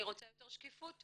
אני רוצה יותר שקיפות,